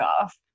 off